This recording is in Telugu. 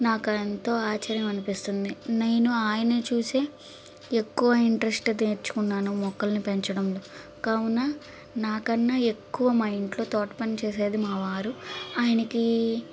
నాకు ఎంతో ఆశ్చర్యం అనిపిస్తుంది నేను ఆయనిని చూసే ఎక్కువ ఇంట్రెస్ట్ తెచ్చుకున్నాను మొక్కల్ని పెంచడం కావున నాకన్నా ఎక్కువ మా ఇంట్లో తోట పని చేసేది మా వారు ఆయనకి